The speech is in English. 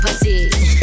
pussy